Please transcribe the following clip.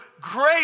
great